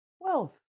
wealth